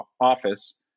office